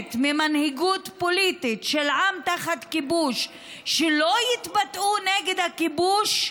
באמת ממנהיגות פוליטית של עם תחת כיבוש שלא יתבטאו נגד הכיבוש?